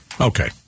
Okay